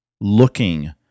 looking